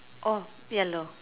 oh ya lor